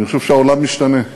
אני חושב שהעולם משתנה,